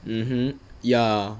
mmhmm ya